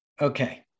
Okay